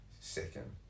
second